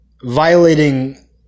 violating